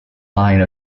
line